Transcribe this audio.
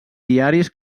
diaris